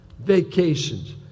vacations